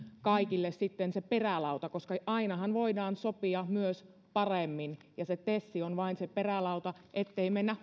kaikille sitten se perälauta koska ainahan voidaan sopia myös paremmin ja se tes on vain se perälauta ettei mennä